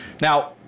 Now